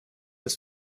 dass